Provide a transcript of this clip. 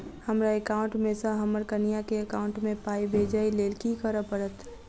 हमरा एकाउंट मे सऽ हम्मर कनिया केँ एकाउंट मै पाई भेजइ लेल की करऽ पड़त?